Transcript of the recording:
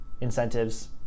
incentives